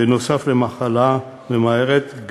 נוסף על מחלה ממארת,